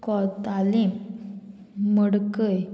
Cortalim Madkai